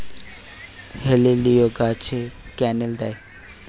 হেলিলিও গাছে ক্যানেল দেয়?